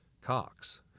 Cox